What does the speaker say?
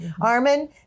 Armin